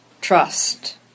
trust